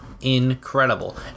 incredible